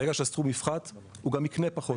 ברגע שהסכום יפחת הוא גם יקנה פחות.